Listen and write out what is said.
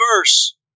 verse